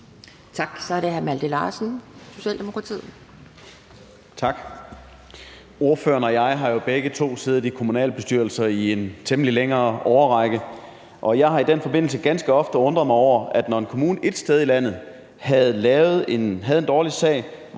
Tak. Så er det hr. Malte Larsen, Socialdemokratiet. Kl. 11:37 Malte Larsen (S): Tak. Ordføreren og jeg har jo begge siddet i kommunalbestyrelser i en temmelig lang årrække, og jeg har i den forbindelse ganske ofte undret mig over, at når en kommune et sted i landet havde en dårlig sag,